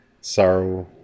sorrow